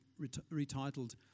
retitled